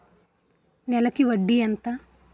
నెలకి వడ్డీ ఎంత?